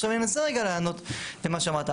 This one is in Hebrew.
עכשיו, אני אנסה רגע לענות למה שאמרת.